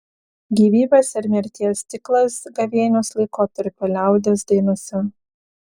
gyvybės ir mirties ciklas gavėnios laikotarpio liaudies dainose